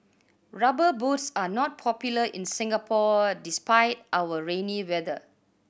Rubber Boots are not popular in Singapore despite our rainy weather